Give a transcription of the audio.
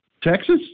Texas